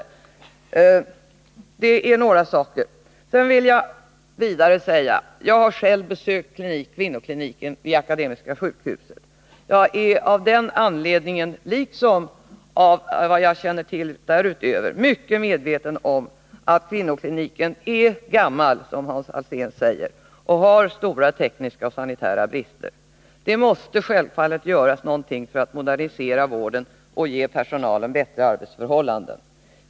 Jag vill vidare framhålla följande. Jag har själv besökt kvinnokliniken vid Akademiska sjukhuset. Det besöket liksom vad jag känner till därutöver gör att jag är mycket medveten om att kvinnokliniken, som Hans Alsén säger, är gammal och har stora tekniska och sanitära brister. Man måste självfallet göra någonting för att modernisera vården och ge personalen bättre arbetsförhållanden.